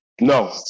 No